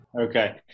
Okay